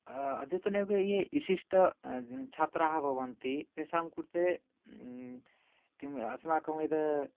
अद्यतनवेगे विशिष्ट छात्राः भवन्ति तेषां कृते किम् अस्माकं यद्